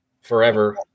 forever